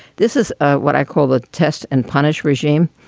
this is what i call the test and punish regime.